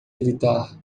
evitar